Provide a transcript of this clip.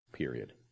period